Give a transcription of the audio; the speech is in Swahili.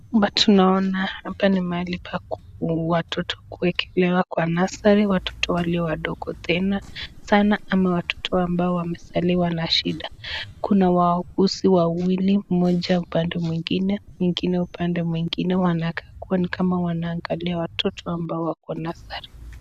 Hapa tunaona hapa ni mahali pa kufunguliwa watoto kuwekwa kwa nursery watoto walio wadogo tena sana ama watoto waliosaliwa na shida, kuna wauguzi wa wawili moja upande mwingine mwingine wanakaa kama wanaanalia watoto ambao wako nursery .